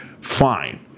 Fine